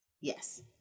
Yes